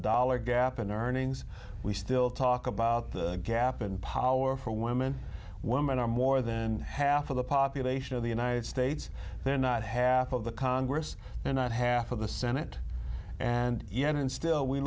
dollar gap in earnings we still talk about the gap and powerful women women are more than half of the population of the united states they're not half of the congress and not half of the senate and yet and still we